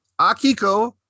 Akiko